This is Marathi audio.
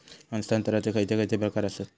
हस्तांतराचे खयचे खयचे प्रकार आसत?